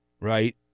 right